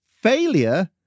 Failure